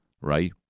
right